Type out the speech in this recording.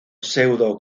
pseudo